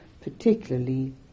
particularly